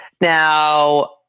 Now